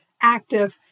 active